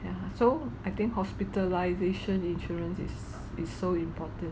ya so I think hospitalisation insurance is is so important